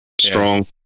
strong